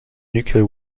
nuclear